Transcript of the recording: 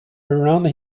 around